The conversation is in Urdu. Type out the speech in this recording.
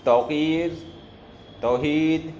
توقیر توحید